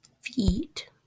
Feet